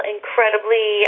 incredibly